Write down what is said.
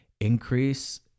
increase